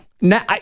Now